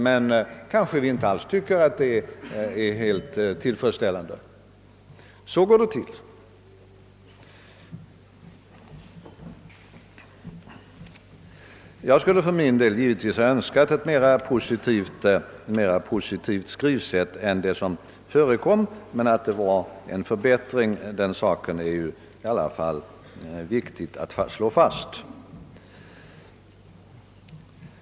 Men det händer att vi inte alls tycker att det är helt tillfredsställande i alla fall. — Så går det till. Jag skulle för min del givetvis ha önskat ett mera positivt skrivsätt än det som förekommer, men att det skedde en förbättring är viktigt att slå fast.